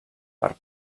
per